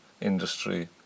industry